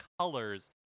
colors